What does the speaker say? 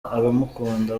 abamukunda